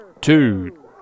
two